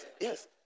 Yes